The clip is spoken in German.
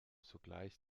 sogleich